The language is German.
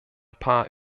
paar